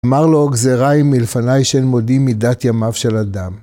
אמר לו גזירה היא מלפניי שאין מודיעין מידת ימיו של אדם.